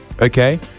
Okay